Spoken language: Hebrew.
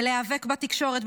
בלהיאבק בתקשורת,